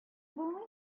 булмый